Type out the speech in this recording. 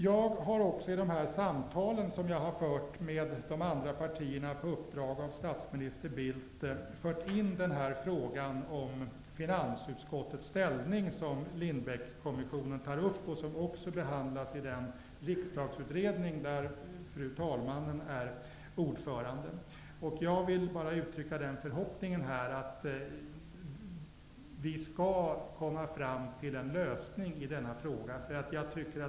Jag har också i de samtal som jag har fört med de andra partierna på uppdrag av statsminister Bildt fört in frågan om finansutskottets ställning. Den tar Lindbeckkommissionen upp och den behandlas också i den riksdagsutredning där fru talmannen är ordförande. Jag vill bara uttrycka den förhoppningen att vi skall komma fram till en lösning i denna fråga.